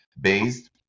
based